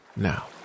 Now